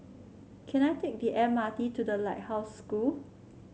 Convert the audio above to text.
can I take the M R T to The Lighthouse School